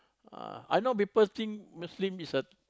ah I know people think Muslim is a